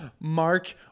Mark